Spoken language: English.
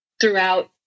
throughout